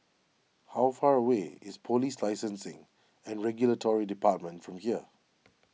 how far away is Police Licensing and Regulatory Department from here